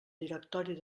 directori